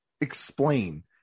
explain